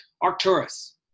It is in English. Arcturus